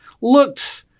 looked